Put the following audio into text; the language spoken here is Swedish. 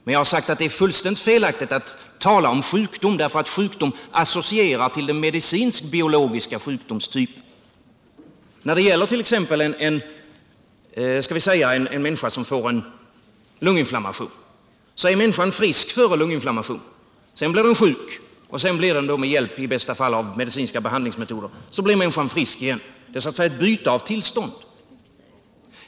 Men jag har sagt att det är fullständigt felaktigt att tala om sjukdom, därför att sjukdom associerar till den medicinskt-biologiska sjukdomstypen. När det gäller t.ex. en människa som får lunginflammation, så är människan frisk före lunginflammationen. Sedan blir hon sjuk, och så blir hon i bästa fall med hjälp av medicinska behandlingsmetoder frisk igen. Det är så att säga ett byte av tillstånd.